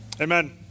Amen